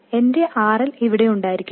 അതിനാൽ എന്റെ RL ഇവിടെ ഉണ്ടായിരിക്കണം